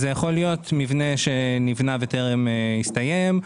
זה יכול להיות מבנה שנבנה וטרם הסתיים,